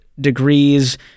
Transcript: degrees